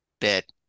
bit